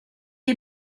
est